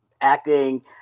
acting